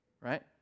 right